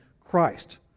Christ